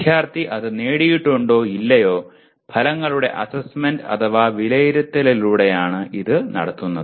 വിദ്യാർത്ഥി അത് നേടിയിട്ടുണ്ടോ ഇല്ലയോ ഫലങ്ങളുടെ അസ്സെസ്സ്മെന്റ് അഥവാ വിലയിരുത്തലിലൂടെയാണ് ഇത് നടത്തുന്നത്